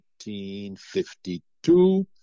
1952